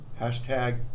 Hashtag